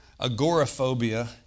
Agoraphobia